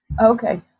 Okay